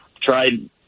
tried